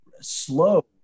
slow